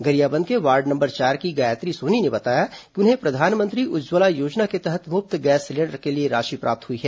गरियाबंद के ward number चार की गायत्री सोनी ने बताया कि उन्हें प्रधानमंत्री उज्जवला योजना के तहत मुफ्त गैस सिलेंडर के लिए राशि प्राप्त हुई है